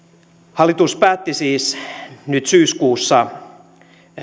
hallitus päätti siis nyt syyskuussa